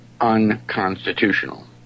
unconstitutional